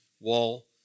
wall